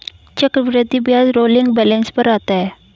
चक्रवृद्धि ब्याज rolling balance पर आता है